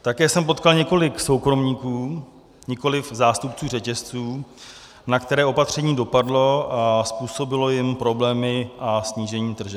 Také jsem potkal několik soukromníků, nikoliv zástupců řetězců, na které opatření dopadlo a způsobilo jim problémy a snížení tržeb.